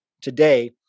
today